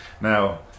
Now